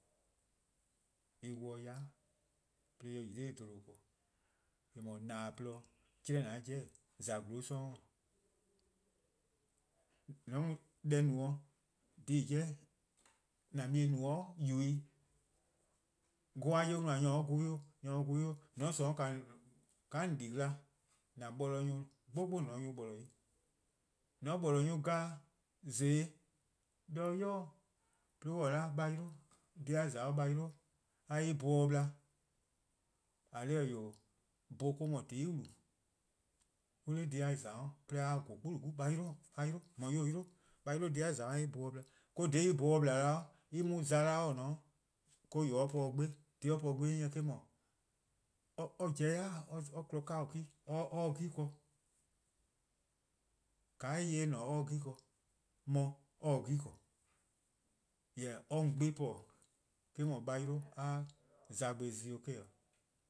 En 'wluh 'de yai' 'de en yi :dha 'bluhba ken, :eh :mor, :na-dih :porluh-dih-:, dhele: :an 'jeh-dih-:, 'dekorn, :za porluh 'sororn-:. :mor :an mu deh no-', dhih-a 'jeh :an mu-a no-' yubo-ih. Vorn-a 'jeh an no-a nyor :daa or vorn 'o, or vorn 'o, :mor :on :sorn 'suh :ka :on di-a gla, :an boolor-a nyor 'gbo 'gbo :on se-: nyor borlor 'i. :mor :on borlor: nyor :glaa'e, :zeen 'de ybei' 'de on 'ye-a 'o a 'yle dhih a za-a a 'yle a 'ye en bho bla, :eh :korn dhih :eh 'wee', bho mo-: no :zai' wlu. On 'da dha a :za-' 'de a vorn-a 'kpun:nukpun' a 'yle, a 'yle, :mor :yor :daa 'yle a 'yle dhih a :za-' a 'ye en bho dih bla. 'Do dha en bho-dih :bla 'da :dao', 'de en mo-: :za 'da :dao', 'do :yor :dao' or 'tmo-dih 'sih, deh :eh :korn-a dhih 'de or 'tmo-a 'sih eh-: 'dhu, or pobo 'de yai', or kpon 'kaboka+ or 'ye 'gen :korn, :ka eh :yeh 'ye :eh :ne or 'ye 'gen :korn. Or se 'gen :korn, jorwor: or mu 'sih 'tmo-' eh 'dhu a 'yle a 'ye zabe' zi 'i eh-: 'o.